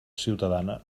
ciutadana